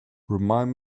remind